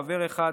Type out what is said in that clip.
חבר אחד,